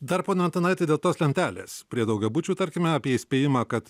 dar pone antanaiti dėl tos lentelės prie daugiabučių tarkime apie įspėjimą kad